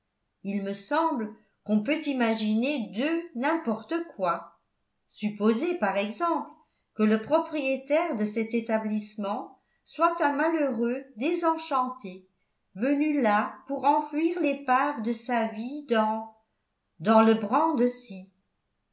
il me semble qu'on peut imaginer d'eux n'importe quoi supposez par exemple que le propriétaire de cet établissement soit un malheureux désenchanté venu là pour enfouir l'épave de sa vie dans dans le bran